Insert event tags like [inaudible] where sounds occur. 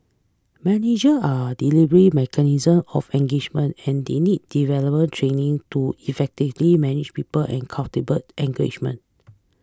manager are the delivery mechanism of engagement and they need development training to effectively manage people and [unintelligible] engagement